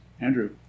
Andrew